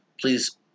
please